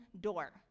door